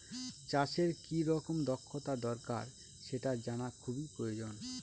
চাষের কি রকম দক্ষতা দরকার সেটা জানা খুবই প্রয়োজন